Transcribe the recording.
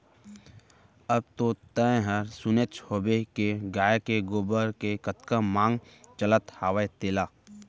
अब तो तैंहर सुनेच होबे के गाय के गोबर के कतका मांग चलत हवय तेला